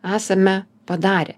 esame padarę